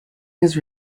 his